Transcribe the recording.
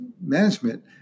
management